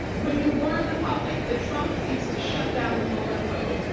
when you warn the public that trump seeks to shut down the mueller probe,